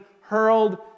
hurled